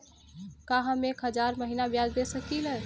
का हम एक हज़ार महीना ब्याज दे सकील?